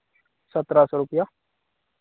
सत्रह सौ रुपये